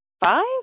five